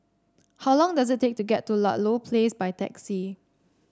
how long does it take to get to Ludlow Place by taxi